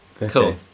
Cool